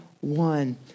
one